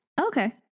Okay